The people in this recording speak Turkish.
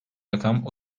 rakam